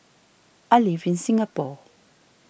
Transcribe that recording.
I live in Singapore